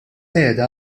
qiegħda